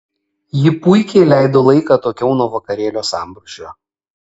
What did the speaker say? ji puikiai leido laiką atokiau nuo vakarėlio sambrūzdžio